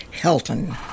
Helton